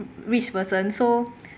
rich person so